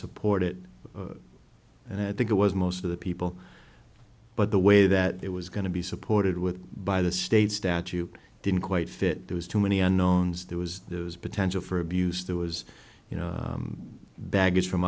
support it and i think it was most of the people but the way that it was going to be supported with by the state statute didn't quite fit there was too many unknowns there was the potential for abuse there was you know baggage from